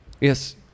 Yes